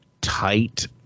tight